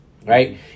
Right